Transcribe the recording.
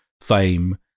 fame